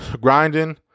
grinding